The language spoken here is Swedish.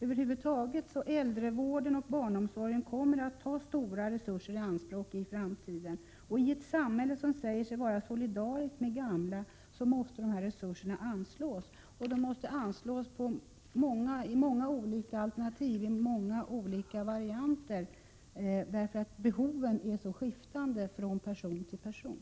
Över huvud taget kommer äldrevården och barnomsorgen att i framtiden ta stora resurser i anspråk. I ett samhälle där man säger sig vara solidarisk med gamla måste resurserna anslås, och det måste bli många olika alternativ, eftersom behoven skiftar så mycket från person till person.